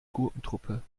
gurkentruppe